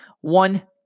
One